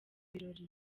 birori